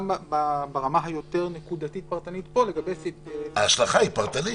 גם ברמה היותר נקודתית-פרטנית פה -- ההשלכה היא פרטנית.